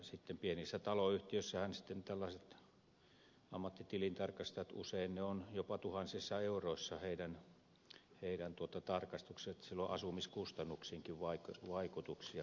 sitten pienissä taloyhtiöissähän tällaisten ammattitilintarkastajien tarkastukset ovat usein jopa tuhansissa euroissa niin että sillä on asumiskustannuksiinkin vaikutuksia